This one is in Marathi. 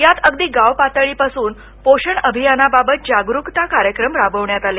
यात अगदी गाव पातळीपासून पोषण अभियानाबाबत जागरूकता कार्यक्रम राबविण्यात आले